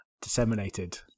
disseminated